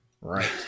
Right